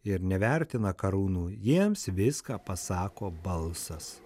ir nevertina karūnų jiems viską pasako balsas